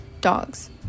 dogs